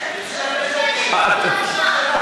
שתשב בשקט,